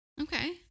Okay